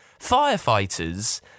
Firefighters